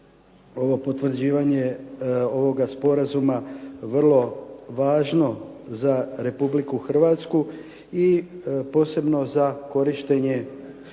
potvrđivanje ovoga sporazuma vrlo važno za Republiku Hrvatsku i posebno za korištenje programa